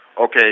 okay